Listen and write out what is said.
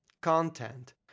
content